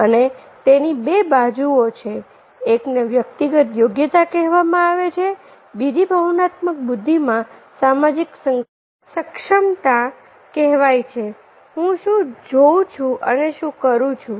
અને તેની 2 બાજુઓ છે એકને વ્યક્તિગત યોગ્યતા કહેવામાં આવે છે બીજી ભાવનાત્મક બુદ્ધિમાં સામાજિક સક્ષમતા કહેવાય છે હું શું જોઉં છું અને શું કરું છું